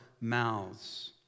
mouths